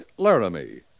Laramie